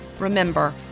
Remember